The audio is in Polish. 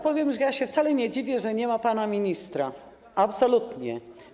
Powiem, że ja się wcale nie dziwię, że nie ma pana ministra, absolutnie.